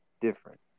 different